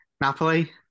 Napoli